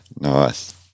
Nice